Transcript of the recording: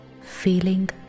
feeling